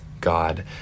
god